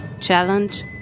challenge